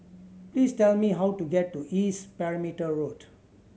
please tell me how to get to East Perimeter Road